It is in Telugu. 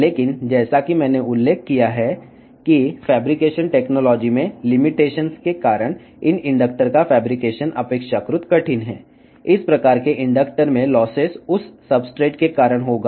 కాని ఫాబ్రికేషన్ టెక్నిక్లోని పరిమితి కారణంగా ఈ ప్రేరకాల కల్పన తయారుచేయట చాలా కష్టం